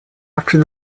after